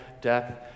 death